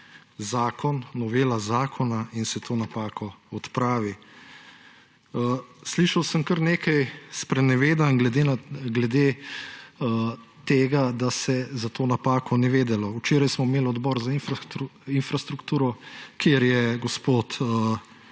vloži novelo zakona in se to napako odpravi. Slišal sem kar nekaj sprenevedanj glede tega, da se za to napako ni vedelo. Včeraj smo imeli Odbor za infrastrukturo, kjer je gospod